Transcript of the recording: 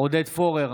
עודד פורר,